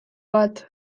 bat